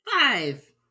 Five